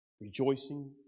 Rejoicing